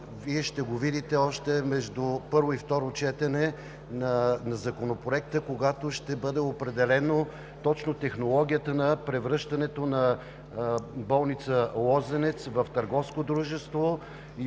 Вие ще го видите още между първо и второ четене на Законопроекта, когато точно ще бъде определена технологията на превръщането на болница „Лозенец“ в търговско дружество и